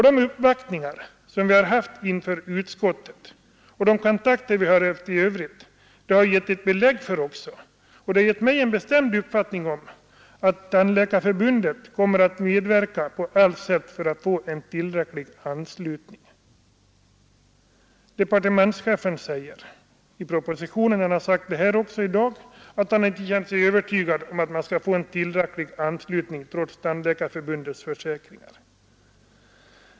De uppvaktningar som vi haft inför utskottet och de kontakter vi haft i övrigt har också givit mig den bestämda uppfattningen att Tandläkarförbundet kommer att medverka på allt sätt för att få en tillräcklig anslutning. Departementschefen säger i propositionen, och han har sagt det också här i dag, att han inte känt sig övertygad om att man skulle få en tillräcklig anslutning trots Tandläkarförbundets försäkringar.